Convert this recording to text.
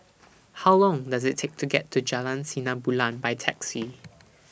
How Long Does IT Take to get to Jalan Sinar Bulan By Taxi